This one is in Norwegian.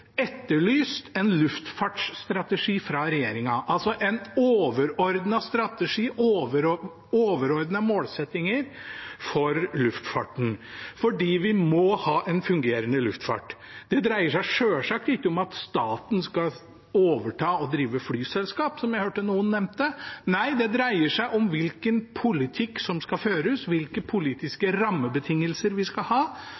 etterlyst en luftfartsstrategi fra regjeringen, altså en overordnet strategi og overordnede målsettinger for luftfarten, fordi vi må ha en fungerende luftfart. Det dreier seg selvsagt ikke om at staten skal overta og drive flyselskap, som jeg hørte noen nevne – nei, det dreier seg om hvilken politikk som skal føres, hvilke politiske rammebetingelser vi skal ha